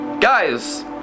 Guys